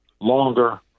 longer